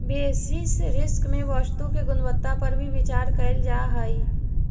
basis risk में वस्तु के गुणवत्ता पर भी विचार कईल जा हई